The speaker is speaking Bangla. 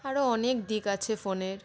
আরও অনেক দিক আছে ফোনের